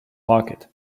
pocket